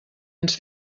ens